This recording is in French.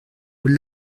haut